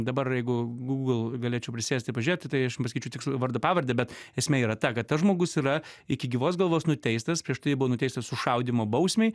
dabar jeigu google galėčiau prisėsti pažiūrėti tai aš jum pasakyčiau tikslų vardą pavardę bet esmė yra ta kad tas žmogus yra iki gyvos galvos nuteistas prieš tai buvo nuteistas sušaudymo bausmei